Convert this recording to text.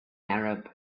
arab